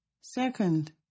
Second